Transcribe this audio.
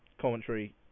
commentary